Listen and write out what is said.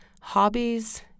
hobbies